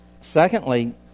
secondly